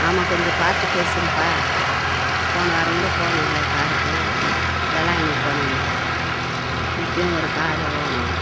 ஆமாம் கொஞ்சம் பார்த்து பேசுங்கப்பா போன வாரம் கூட போனேன்ல காருக்கு வேளாங்கண்ணிக்கு போனேன்ல இப்பயும் ஒரு காரு வேணும்